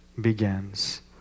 begins